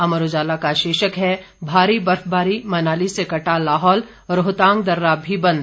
अमर उजाला का शीर्षक है भारी बर्फबारी मनाली से कटा लाहौल रोहतांग दर्रा भी बंद